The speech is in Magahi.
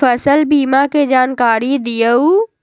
फसल बीमा के जानकारी दिअऊ?